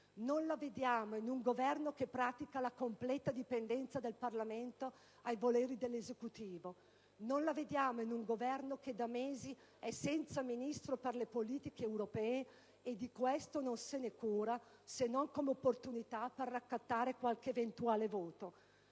Non la vediamo in un Governo che pratica la completa dipendenza del Parlamento ai voleri dell'Esecutivo. Non la vediamo in un Governo che da mesi è senza Ministro per le politiche europee e di questo non se ne cura se non come opportunità per raccattare qualche eventuale voto.